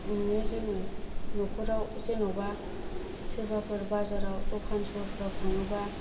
माने जोङो नखराव जेनबा सोरबाफोर बाजाराव दखान सोहोराव थाङोब्ला